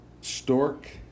stork